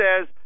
says